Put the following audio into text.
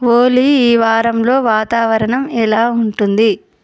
హోలీ ఈ వారంలో వాతావరణం ఎలా ఉంటుంది